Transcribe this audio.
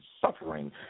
suffering